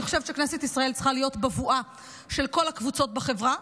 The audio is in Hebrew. אני חושבת שכנסת ישראל צריכה להיות בבואה של כל הקבוצות בחברה,